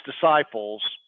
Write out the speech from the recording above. disciples